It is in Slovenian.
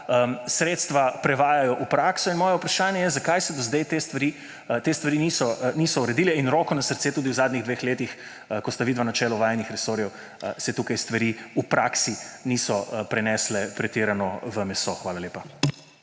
sredstva prevajajo v prakso. Moje vprašanje je: Zakaj se do sedaj te stvari niso uredile? In roko na srce, tudi v zadnjih dveh letih, ko sta vidva na čelu vajinih resorjev, se tukaj stvari v praksi niso prenesle pretirano v meso. Hvala lepa.